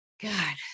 God